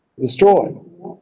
destroyed